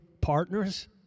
partners